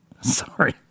Sorry